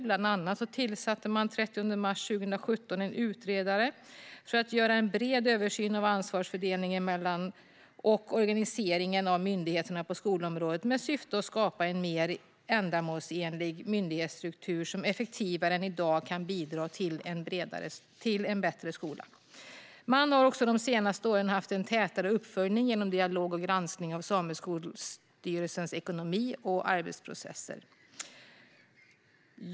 Bland annat tillsatte man den 30 mars 2017 en utredare för att göra en bred översyn av ansvarsfördelningen mellan och organiseringen av myndigheterna på skolområdet med syfte att skapa en mer ändamålsenlig myndighetsstruktur som effektivare än i dag kan bidra till en bättre skola. Man har också de senaste åren haft en tätare uppföljning genom dialog och granskning av Sameskolstyrelsens ekonomi och arbetsprocesser.